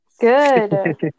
Good